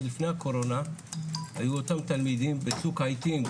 לפני הקורונה היו אותם תלמידים בצוק העיתים,